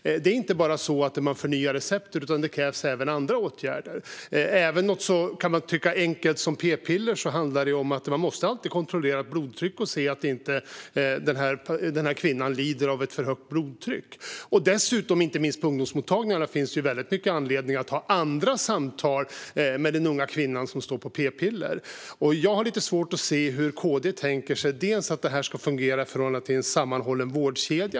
Det är inte så att man bara förnyar receptet, utan även andra åtgärder krävs. Även för något så enkelt, kan tyckas, som p-piller måste man alltid kontrollera blodtrycket för att säkerställa att kvinnan inte lider av för högt blodtryck. Dessutom finns det anledning att inte minst på ungdomsmottagningarna ha andra samtal med den unga kvinna som står på p-piller. Jag har lite svårt att se hur KD tänker sig att detta ska fungera i förhållande till en sammanhållen vårdkedja.